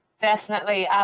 definitely.